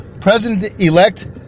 president-elect